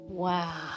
Wow